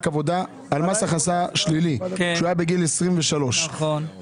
העבודה על מס הכנסה שלילי שהוא היה בגיל 23. נכון.